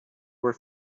were